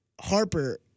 Harper